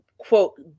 quote